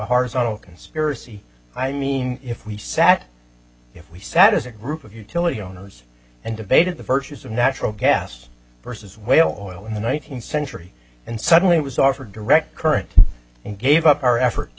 horizontal conspiracy i mean if we sat if we sat as a group of utility owners and debated the virtues of natural gas versus whale oil in the one nine hundred century and suddenly was offered direct current and gave up our efforts to